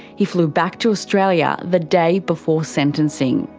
he flew back to australia the day before sentencing,